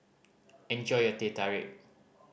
enjoy your Teh Tarik